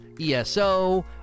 ESO